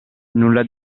nulla